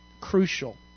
crucial